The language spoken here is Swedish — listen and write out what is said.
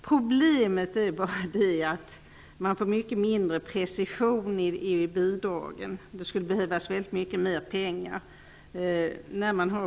Problemet är bara att man får en mycket mindre precision och att det skulle behövas mycket mer pengar med en sådan ordning.